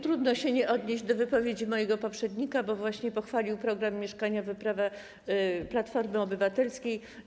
Trudno się nie odnieść do wypowiedzi mojego poprzednika, bo właśnie pochwalił program mieszkaniowy Platformy Obywatelskiej.